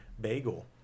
bagel